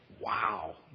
Wow